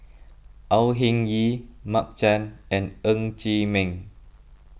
Au Hing Yee Mark Chan and Ng Chee Meng